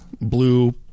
blue